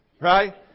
right